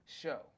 show